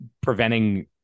preventing